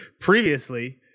previously